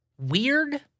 weird